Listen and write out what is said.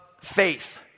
faith